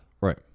Right